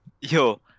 yo